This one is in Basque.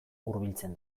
hurbiltzen